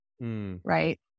right